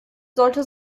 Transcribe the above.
sollte